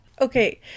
Okay